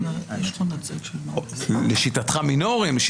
לשיטתך מינוריים,